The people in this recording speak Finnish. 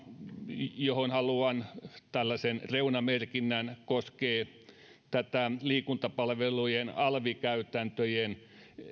johon haluan tällaisen reunamerkinnän koskee liikuntapalvelujen alvikäytäntöjen